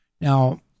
Now